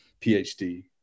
PhD